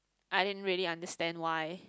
I didn't really understand why